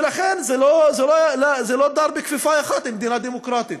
ולכן זה לא דר בכפיפה אחת עם מדינה דמוקרטית.